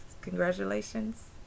congratulations